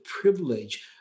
privilege